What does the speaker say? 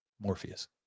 Morpheus